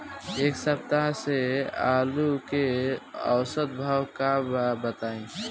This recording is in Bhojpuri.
एक सप्ताह से आलू के औसत भाव का बा बताई?